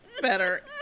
better